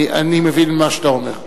אני מבין מה שאתה אומר.